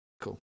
Cool